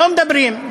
לא מדברים.